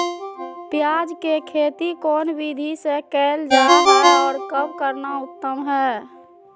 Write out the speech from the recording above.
प्याज के खेती कौन विधि से कैल जा है, और कब करना उत्तम है?